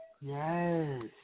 Yes